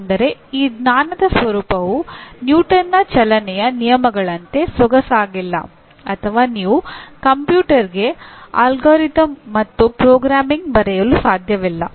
ಅಂದರೆ ಈ ಜ್ಞಾನದ ಸ್ವರೂಪವು ನ್ಯೂಟನ್ನ ಚಲನೆಯ ನಿಯಮಗಳಂತೆ ಸೊಗಸಾಗಿಲ್ಲ ಅಥವಾ ನೀವು ಕಂಪ್ಯೂಟರ್ಗೆ ಅಲ್ಗಾರಿದಮ್ ಮತ್ತು ಪ್ರೋಗ್ರಾಮಿಂಗ್ ಬರೆಯಲು ಸಾಧ್ಯವಿಲ್ಲ